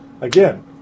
again